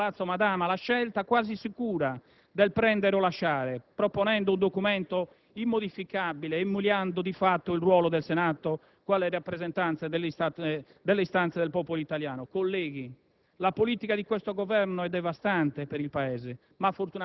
imponendo la ventesima fiducia in un anno, il Governo istituisce qui a Palazzo Madama la scelta, quasi sicura, del prendere o lasciare proponendo un documento immodificabile e umiliando di fatto il ruolo del Senato quale rappresentante delle istanze del popolo italiano.